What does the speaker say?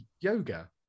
yoga